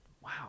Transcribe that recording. Wow